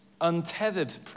untethered